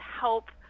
help